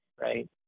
Right